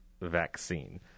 vaccine